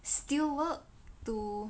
still work to